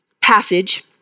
passage